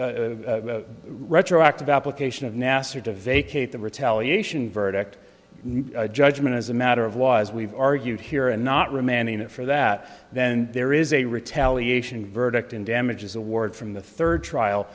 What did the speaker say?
granted retroactive application of nasser to vacate the retaliation verdict judgment as a matter of law as we've argued here and not remanding it for that then there is a retaliation verdict in damages award from the third trial